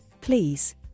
please